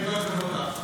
כל הכבוד לך,